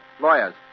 lawyers